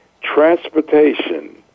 Transportation